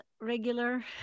Regular